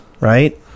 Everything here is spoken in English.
right